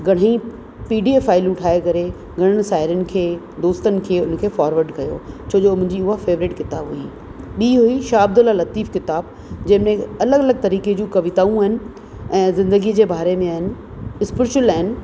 घणेई P D F फ़ाईलूं ठाहे करे घणनि साहेड़ियुनि खे दोस्तनि खे हुनखे फोरवर्ड कयो छो जो मुंहिंजी हूअ फ़ैविरेट किताबु हुई ॿीं हुई शाह अब्दुल लतीफ़ किताबु जंहिं में अलॻि अलॻि तरीक़े जूं कविताऊं आहिनि ऐं ज़िंदगीअ जे बारे में आहिनि इस्प्रचुल आहिनि